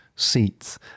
seats